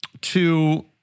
to-